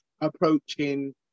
approaching